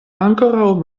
ankoraŭ